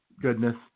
goodness